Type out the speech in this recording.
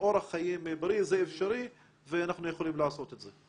אורח חיים בריא זה אפשרי ואנחנו יכולים לעשות את זה.